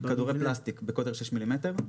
כדורי פלסטיק בקוטר 6 מ"מ.